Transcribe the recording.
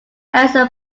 answer